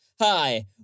Hi